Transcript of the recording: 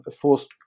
forced